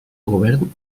govern